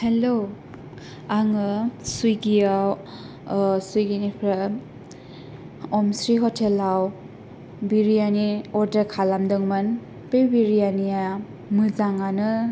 हेल' आङो सुइगियाव सुइगिनिफ्राय अमस्रि हटेलाव बिरियानि अर्दार खालामदोंमोन बे बिरियानिया मोजाङानो